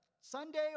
Sunday